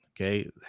Okay